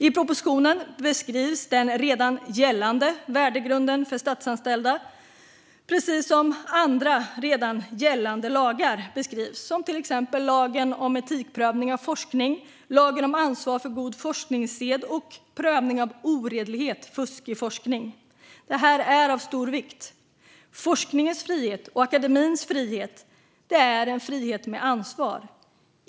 I propositionen beskrivs den redan gällande värdegrunden för statsanställda precis som andra redan gällande lagar beskrivs, till exempel lagen om etikprövning av forskning och lagen om ansvar för god forskningssed och prövning av oredlighet, fusk, i forskning. Det här är av stor vikt. Forskningens och akademins frihet är en frihet med ansvar.